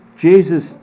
jesus